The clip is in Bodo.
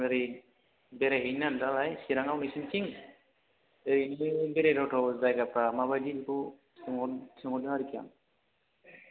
ओरै बेराय हैनो नागेरदों नालाय सिराङाव नोंसिनिथिं ओरैनो बेराय थाव थाव जायगाफ्रा माबायदि बेखौ सोंहरदों आरखि आं